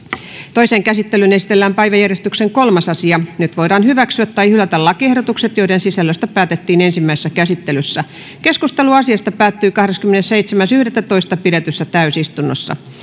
toiseen käsittelyyn esitellään päiväjärjestyksen kolmas asia nyt voidaan hyväksyä tai hylätä lakiehdotukset joiden sisällöstä päätettiin ensimmäisessä käsittelyssä keskustelu asiasta päättyi kahdeskymmenesseitsemäs yhdettätoista kaksituhattakahdeksantoista pidetyssä täysistunnossa